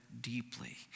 deeply